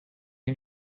این